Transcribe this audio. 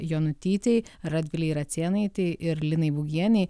jonutytei radvilei racėnaitei ir linai bugienei